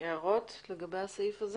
הערות לסעיף.